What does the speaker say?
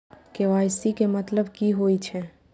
KYC के मतलब कि होई छै?